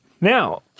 Now